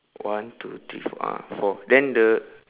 one two three four ah four then the